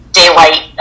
daylight